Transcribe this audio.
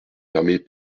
permet